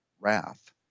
wrath